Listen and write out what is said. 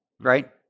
Right